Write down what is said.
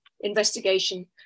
investigation